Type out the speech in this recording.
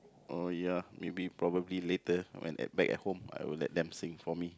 oh ya maybe probably later when at back at home I will let them see for me